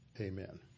Amen